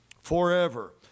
forever